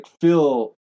feel